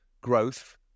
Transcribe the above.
growth